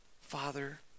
father